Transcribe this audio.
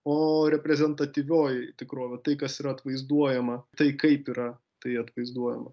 o reprezentatyvioji tikrovė tai kas yra atvaizduojama tai kaip yra tai atvaizduojama